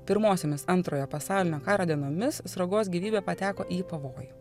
pirmosiomis antrojo pasaulinio karo dienomis sruogos gyvybė pateko į pavojų